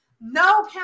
no